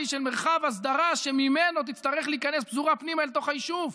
של מרחב הסדרה שממנו תצטרך להיכנס הפזורה פנימה אל תוך היישוב.